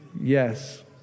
Yes